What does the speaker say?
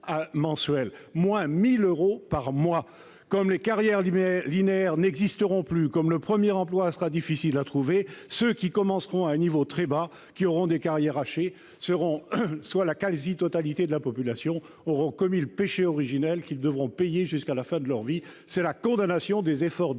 moins 1 000 euros par mois. Comme les carrières linéaires n'existeront plus, comme le premier emploi sera difficile à trouver, ceux qui commenceront à un niveau bas, qui auront des carrières hachées, soit la quasi-totalité de la population, auront commis le péché originel qu'ils devront payer jusqu'à la fin de leur vie. C'est la condamnation des efforts de